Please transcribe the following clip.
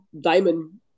diamond